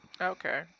Okay